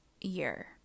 year